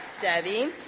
Debbie